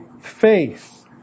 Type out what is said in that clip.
faith